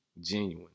genuine